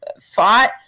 fought